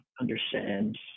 understands